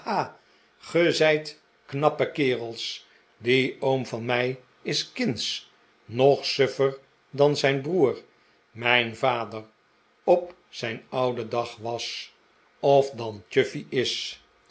knappe kerels die oom van mij is kindschj nog suffer dan zijn broer mijn vader op zijn ouden dag was of dan chuffey is